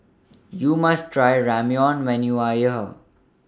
YOU must Try Ramyeon when YOU Are here